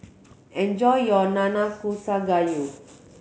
enjoy your Nanakusa Gayu